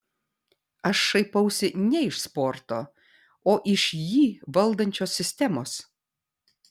aš šaipausi ne iš sporto o iš jį valdančios sistemos